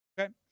Okay